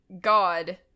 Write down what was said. god